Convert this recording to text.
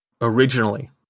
originally